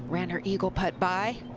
ran her eagle putt by.